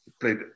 played